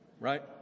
Right